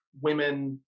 women